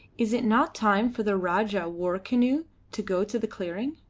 is it not time for the rajah war-canoe to go to the clearing?